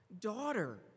daughter